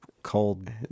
cold